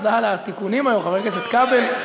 תודה על התיקונים היום, חבר הכנסת כבל.